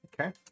Okay